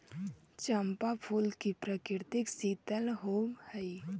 चंपा फूल की प्रकृति शीतल होवअ हई